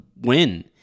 win